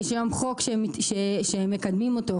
יש היום חוק שמקדמים אותו,